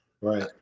Right